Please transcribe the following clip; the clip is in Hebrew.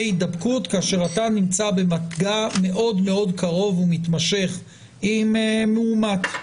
הידבקות כאשר אתה נמצא במגע מאוד מאוד קרוב ומתמשך עם מאומת.